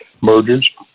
mergers